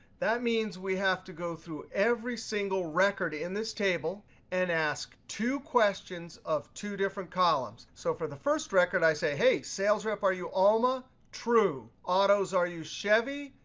that means we have to go through every single record in this table and ask two questions of two different columns. so for the first record, i say hey, sales rep, are you alma? true. autos, are you chevy?